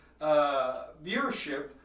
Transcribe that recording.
viewership